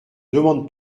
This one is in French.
demande